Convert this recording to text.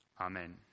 Amen